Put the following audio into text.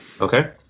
Okay